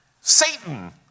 Satan